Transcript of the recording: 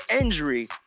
injury